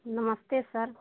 नमस्ते सर